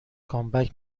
کامبک